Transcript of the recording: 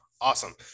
Awesome